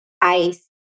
ice